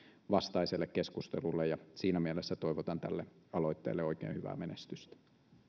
vastaiselle keskustelulle ja siinä mielessä toivotan tälle aloitteelle oikein hyvää menestystä